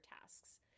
tasks